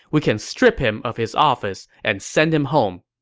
we can strip him of his office and send him home.